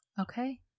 Okay